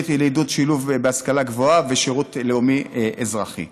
תוכנית לעידוד שילוב בהשכלה גבוהה ושירות לאומי אזרחי.